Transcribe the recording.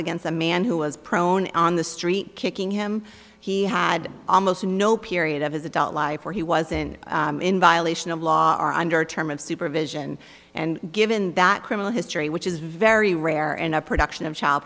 against a man who was prone on the street kicking him he had almost no period of his adult life where he wasn't in violation of law are under terms of supervision and given that criminal history which is very rare and a production of child